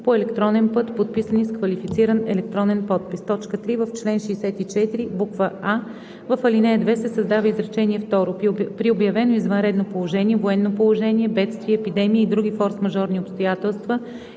по електронен път, подписани с квалифициран електронен подпис.“ 3. В чл. 64: а) в ал. 2 се създава изречение второ: „При обявено извънредно положение, военно положение, бедствие, епидемия, други форсмажорни обстоятелства